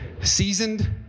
Seasoned